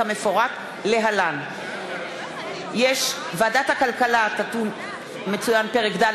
כמפורט להלן: ועדת הכלכלה תדון כמצוין: פרק ד',